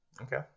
okay